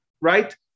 right